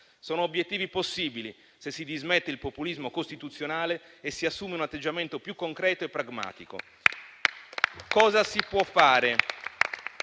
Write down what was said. Sono obiettivi possibili, se si dismette il populismo costituzionale e si assume un atteggiamento più concreto e pragmatico. Cosa si può fare?